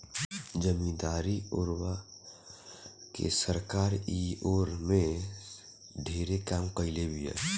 जमीदारी ओरवा के सरकार इ ओर में ढेरे काम कईले बिया